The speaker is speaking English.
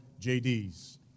JD's